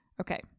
Okay